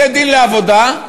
בתי-דין לעבודה,